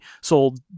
sold